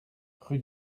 rue